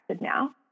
now